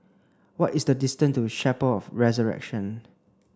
what is the distance to Chapel of the Resurrection